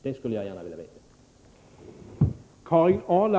Det skulle jag gärna vilja veta.